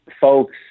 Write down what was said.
folks